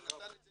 את זה